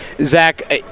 zach